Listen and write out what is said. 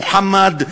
מוחמד,